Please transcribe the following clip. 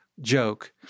joke